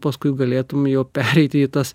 paskui galėtum jau pereiti į tas